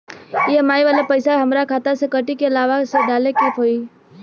EMI वाला पैसा हाम्रा खाता से कटी की अलावा से डाले के होई?